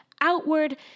outward